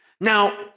Now